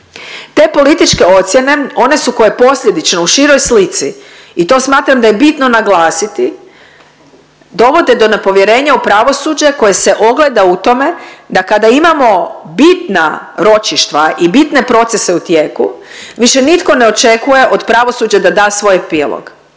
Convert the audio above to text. Te političke ocjene one su koje posljedično u široj slici i to smatram da je bitno naglasiti dovode do nepovjerenja u pravosuđe koje se ogleda u tome da kada imamo bitna ročišta i bitne procese u tijeku više nitko ne očekuje od pravosuđa da da svoj epilog.